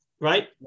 right